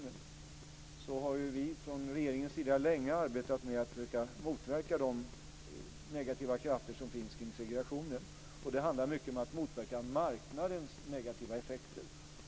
Jag kan bara konstatera att vi från regeringens sida sedan länge arbetat med att motverka segregationens negativa krafter. Det handlar mycket om att motverka marknadens negativa effekter.